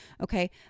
Okay